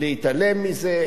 להתעלם מזה,